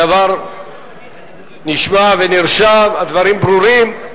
הדבר נשמע ונרשם, הדברים ברורים.